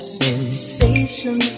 sensation